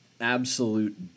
absolute